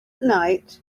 night